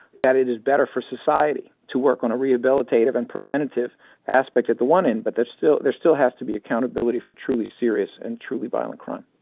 that it is better for society to work on a rehabilitative and preventative aspect at the one end but there still there still has to be accountability for truly serious and truly violent crime.